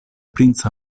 princa